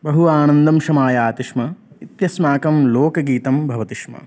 बहु आनन्दं समायाति स्म इत्यस्माकं लोकगीतं भवति स्म